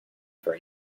for